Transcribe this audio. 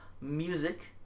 music